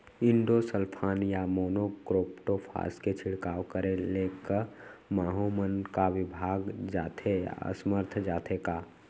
Endosulfan या monocrotophos के छिड़काव करे ले क माहो मन का विभाग जाथे या असमर्थ जाथे का?